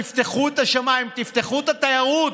תפתחו את השמיים, תפתחו את התיירות.